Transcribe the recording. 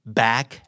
back